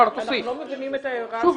אנחנו לא מבינים את ההערה של --- שוב,